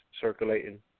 circulating